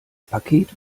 paket